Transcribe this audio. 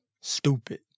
Stupid